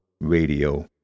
Radio